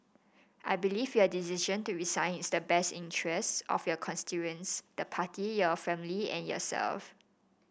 I believe your decision to resign is in the best interest of your constituents the party your family and yourself